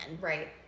Right